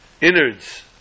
innards